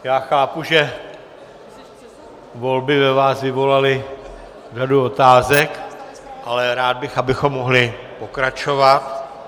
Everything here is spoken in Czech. Já chápu, že volby ve vás vyvolaly řadu otázek, ale rád bych, abychom mohli pokračovat.